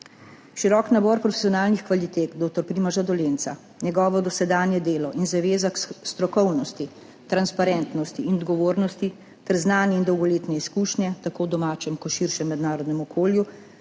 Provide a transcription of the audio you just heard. Širok nabor profesionalnih kvalitet dr. Primoža Dolenca, njegovo dosedanje delo in zaveza k strokovnosti, transparentnosti in odgovornosti ter znanje in dolgoletne izkušnje tako v domačem kot širšem mednarodnem okolju